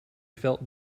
felt